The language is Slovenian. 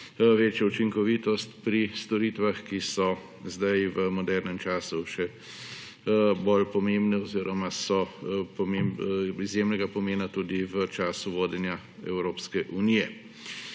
večjo učinkovitost pri storitvah, ki so zdaj v modernem času še bolj pomembne oziroma so izjemnega pomena tudi v času vodenja Evropske unije.